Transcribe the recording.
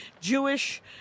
Jewish